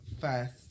first